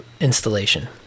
installation